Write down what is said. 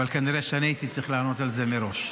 אבל כנראה אני הייתי צריך לענות על זה מראש.